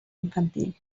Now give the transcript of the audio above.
infantil